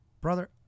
brother